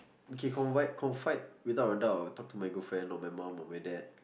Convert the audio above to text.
okay confide confide without a doubt I would talk to my girlfriend or my mum or my dad